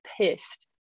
pissed